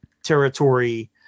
territory